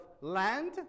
land